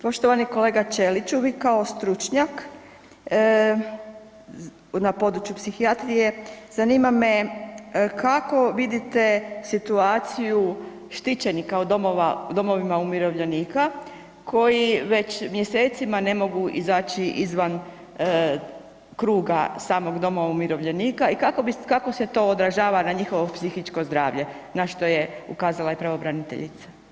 Poštovani kolega Ćeliću, vi kao stručnjak na područje psihijatrije zanima me kako vidite situaciju štićenika u domovima umirovljenika koji već mjesecima ne mogu izaći izvan kruga samog doma umirovljenika i kako se to odražava na njihovo psihičko zdravlje na što je ukazala i pravobraniteljica?